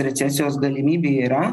recesijos galimybė yra